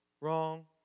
wrong